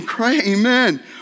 Amen